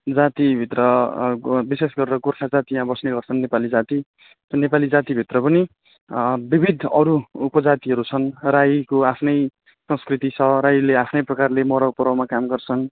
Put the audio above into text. जातिभित्र विशेष गरेर गोर्खा जाति यहाँ बस्ने गर्छन् नेपाली जाति नेपाली जातिभित्र पनि विविध अरू उपजातिहरू छन् राईको आफ्नै संस्कृति छ राईले आफ्नै प्रकारले मरौ परौमा काम गर्छन्